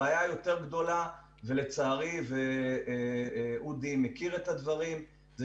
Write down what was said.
הבעיה היותר גדולה ואודי מכיר את הדברים זה